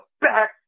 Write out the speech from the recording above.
back